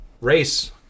Race